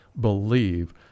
believe